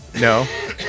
No